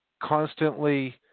constantly